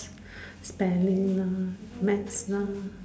spelling lah math lah